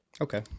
okay